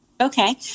Okay